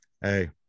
hey